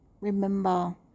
Remember